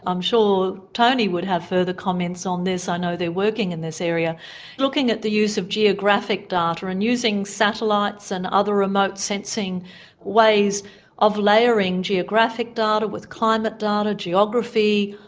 um sure tony would have further comments on this, i know they're working in this area looking at the use of geographic data and using satellites and other remote sensing ways of layering geographic data with climate data, geography,